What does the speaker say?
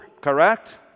correct